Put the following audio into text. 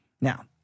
Now